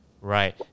Right